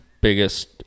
biggest